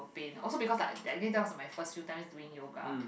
pains also because of like that was my first use time doing yoga